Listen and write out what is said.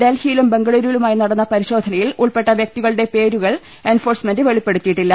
ഡൽഹിയിലും ബംഗളുരുവിലുയമായി നടന്ന പരിശോധനയിൽ ഉൾപ്പെട്ട വ്യക്തികളുടെ പേരുകൾ എൻഫോഴ്സ്മെന്റ് വെളിപ്പെടുത്തിയിട്ടില്ല